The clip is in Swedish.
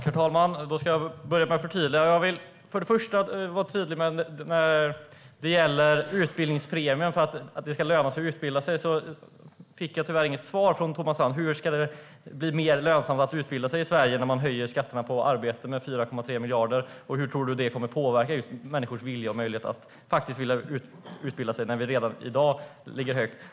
Herr talman! Jag ska börja med ett förtydligande. Jag börjar med utbildningspremien för att det ska löna sig att utbilda sig. Jag fick tyvärr inget svar från Thomas Strand i frågan om hur det ska bli mer lönsamt att utbilda sig i Sverige när skatterna på arbete höjs med 4,3 miljarder. Hur tror Thomas Strand att skatten kommer att påverka människors vilja att utbilda sig?